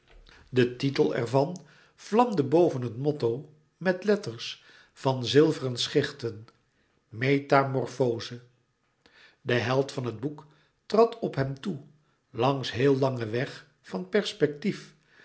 de titel ervan vlamde boven het motto met letters van zilveren schichten metamorfoze de held van het boek trad op hem toe langs heel langen weg van perspectief